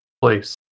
place